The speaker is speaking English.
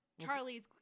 charlie's